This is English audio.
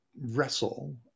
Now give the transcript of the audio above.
wrestle